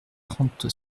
trente